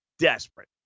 Desperate